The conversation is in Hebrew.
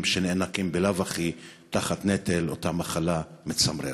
שנאנקים בלאו הכי תחת נטל אותה מחלה מצמררת?